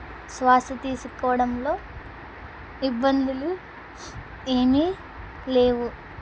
శ్వాస తీసుకోవడంలో ఇబ్బందులు ఏమీ లేవు